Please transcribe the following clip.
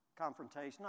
confrontation